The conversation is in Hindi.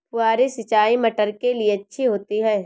फुहारी सिंचाई मटर के लिए अच्छी होती है?